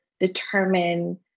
determine